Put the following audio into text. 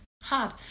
hard